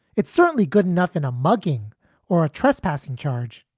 it's certainly good enough in a mugging or a trespassing charge.